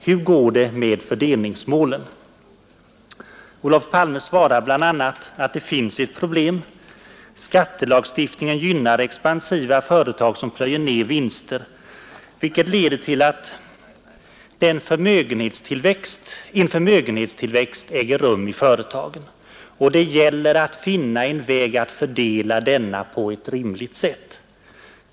Hur går det med fördelningsmålen?” Olof Palme svarar bl.a. att det finns ett problem. Skattelagstiftningen gynnar expansiva företag som plöjer ner vinster vilket leder till att ”en förmögenhetstillväxt äger rum i företagen, och det gäller att finna en väg att fördela denna på ett rimligt sätt.